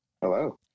hello